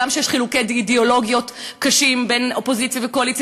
גם כשיש חילוקי אידיאולוגיות קשים בין אופוזיציה וקואליציה,